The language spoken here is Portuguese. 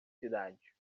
cidade